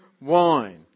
wine